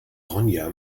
ronja